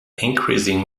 increasing